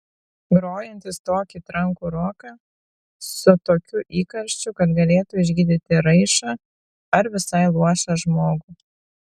grojantys tokį trankų roką su tokiu įkarščiu kad galėtų išgydyti raišą ar visai luošą žmogų